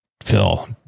Phil